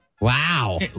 Wow